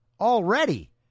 already